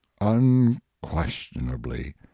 unquestionably